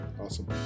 Awesome